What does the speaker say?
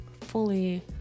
fully